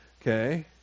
Okay